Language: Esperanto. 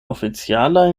oficialaj